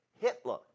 Hitler